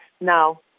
Now